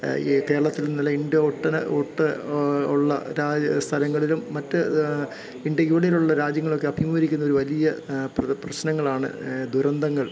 കേരളത്തിൽ നിന്നല്ല ഇന്ത്യ ഉള്ള രാജ്യ സ്ഥലങ്ങളിലും മറ്റ് ഇന്ത്യക്ക് വെളിയിലുള്ള രാജ്യങ്ങളൊക്കെ അഭിമുഖീകരിക്കുന്ന ഒരു വലിയ പ്രശ്നങ്ങളാണ് ദുരന്തങ്ങൾ